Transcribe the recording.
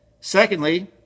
Secondly